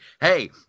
Hey